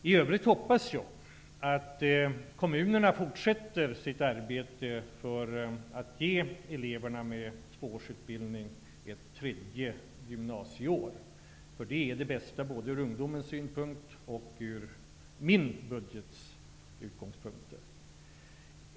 I övrigt hoppas jag att kommunerna fortsätter sitt arbete för att ge ungdomar med bara två års gymnasieutbildning ett tredje gymnasieår. Det är det bästa både ur ungdomens synpunkt och med hänsyn till mitt departements budget.